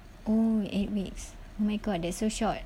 oo eight weeks oh my god that's so short